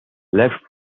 left